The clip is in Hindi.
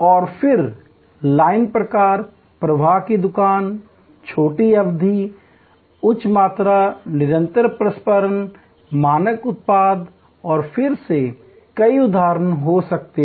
और फिर लाइन प्रकार प्रवाह की दुकान छोटी अवधि उच्च मात्रा निरंतर प्रसंस्करण मानक उत्पाद और फिर से कई उदाहरण हो सकते हैं